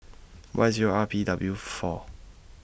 Y Zero R P W four